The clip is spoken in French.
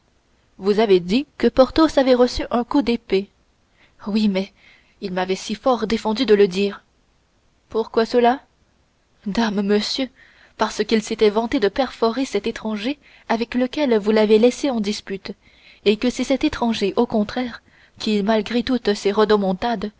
vous avez dit que porthos avait reçu un coup d'épée oui mais il m'avait si fort défendu de le dire pourquoi cela dame monsieur parce qu'il s'était vanté de perforer cet étranger avec lequel vous l'avez laisse en dispute et que c'est cet étranger au contraire qui malgré toutes ses